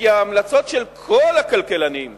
כי ההמלצות של כל הכלכלנים הן,